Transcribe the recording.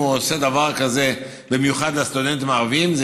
אם הוא עושה דבר כזה במיוחד לסטודנטים הערבים,